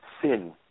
sin